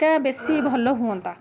ଟା ବେଶୀ ଭଲ ହୁଅନ୍ତା